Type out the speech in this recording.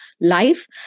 life